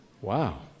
Wow